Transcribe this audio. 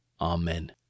Amen